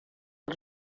els